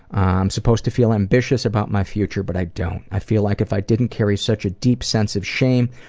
i'm supposed to feel ambitious about my future, but i don't. i feel like if i didn't carry such a deep sense of shame,